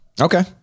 okay